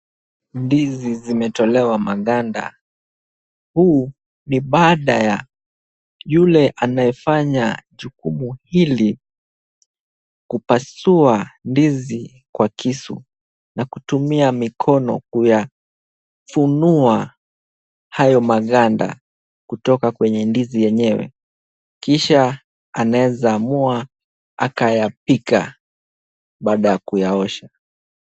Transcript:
Ndizi zimetolewa maganda, huu ni baada ya yule anayefanya jukumu hili, kupasua ndizi kwa kisu na kutumia mikuno kuyafunua hayo maganda kutoka kwenye ndizi yenyewe. Kisha anaweza amua akayapika baada ya kuyaosha.